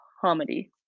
comedy